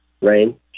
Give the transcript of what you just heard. rain